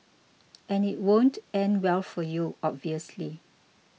and it won't end well for you obviously